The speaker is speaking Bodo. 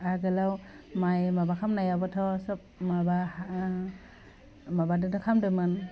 आगोलाव माय माबा खामनायाबोथ' सब माबा माबादोंदो खालामदोंमोन